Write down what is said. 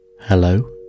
Hello